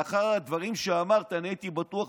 לאחר הדברים שאמרת הייתי בטוח,